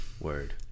Word